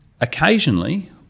Occasionally